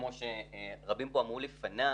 כמו שרבים פה אמרו לפני,